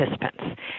participants